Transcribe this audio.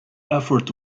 effort